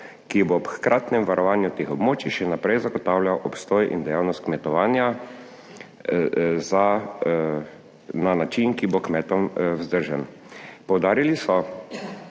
ki bo ob hkratnem varovanju teh območij še naprej zagotavljal obstoj in dejavnost kmetovanja za na način, ki bo kmetom vzdržen. Poudarili so,